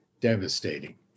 devastating